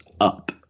up